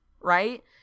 right